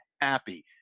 happy